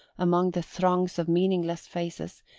among the throngs of meaningless faces,